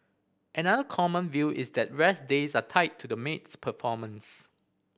another common view is that rest days are tied to the maid's performance